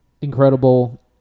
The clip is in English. incredible